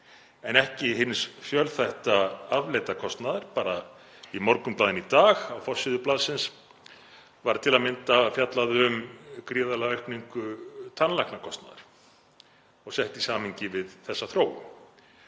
en ekki hins fjölþætta afleidda kostnaðar. Bara í Morgunblaðinu í dag, á forsíðu blaðsins, var til að mynda fjallað um gríðarlega aukningu tannlæknakostnaðar og sett í samhengi við þessa þróun.